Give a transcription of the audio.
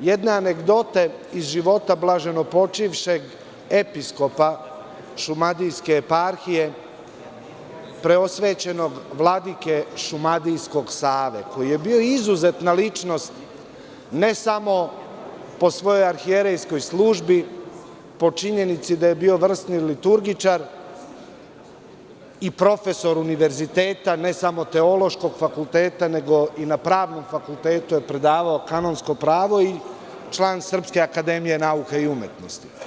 jedne anegdote iz života blaženopočivšeg episkopa šumadijske eparhije, preosvećenog vladike šumadijskog Save, koji je bio izuzetna ličnost, ne samo po svojoj arhijererskoj službi, po činjenici da je bio vrsni liturgičar i profesor univerziteta, ne samo Teološkog fakulteta, nego i na Pravnom fakultetu je predavao kanonsko pravo i član Srpske akademije nauka i umetnosti.